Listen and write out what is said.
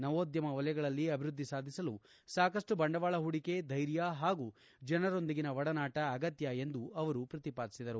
ನವೋದ್ಯಮ ವಲಯಗಳಲ್ಲಿ ಅಭಿವೃದ್ಧಿ ಗಾಧಿಸಲು ಸಾಕಷ್ಟು ಬಂಡವಾಳ ಹೂಡಿಕೆ ಧೈರ್ಯ ಹಾಗೂ ಜನರೊಂದಿಗಿನ ಒಡನಾಟ ಅಗತ್ಯ ಎಂದು ಅವರು ಪ್ರತಿಪಾದಿಸಿದರು